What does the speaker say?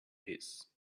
his